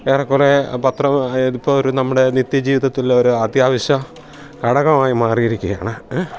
ഏറെ കുറേ പത്രം ഇതിപ്പോൾ ഒരു നമ്മുടെ നിത്യജീവിതത്തിലെ ഒരു അത്യാവശ്യ ഘടകമായി മാറിയിരിക്കുകയാണ്